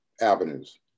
avenues